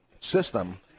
system